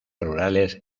rurales